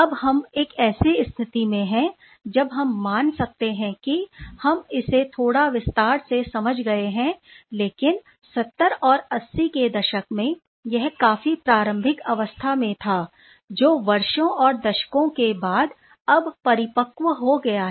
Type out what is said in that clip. अब हम एक ऐसी स्थिति में हैं जब हम मान सकते हैं कि हम इसे थोड़ा विस्तार से समझ गए हैं लेकिन 70 और 80 के दशक में यह काफी प्रारंभिक अवस्था में था जो वर्षों और दशकों के बाद अब परिपक्व हो गया है